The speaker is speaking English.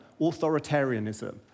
authoritarianism